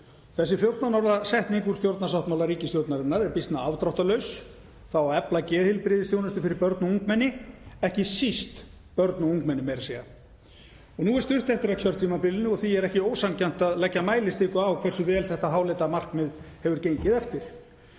Þessi 14 orða setning úr stjórnarsáttmála ríkisstjórnarinnar er býsna afdráttarlaus: Það á að efla geðheilbrigðisþjónustu fyrir börn og ungmenni, ekki síst börn og ungmenni meira að segja. Nú er stutt eftir af kjörtímabilinu og því er ekki ósanngjarnt að leggja mælistiku á hversu vel þetta háleita markmið hefur gengið eftir